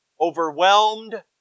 overwhelmed